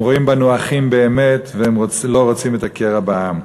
הם רואים בנו אחים באמת והם לא רוצים את הקרע בעם.